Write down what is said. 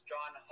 John